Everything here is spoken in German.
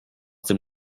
dem